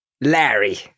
Larry